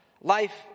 Life